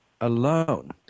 alone